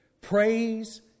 praise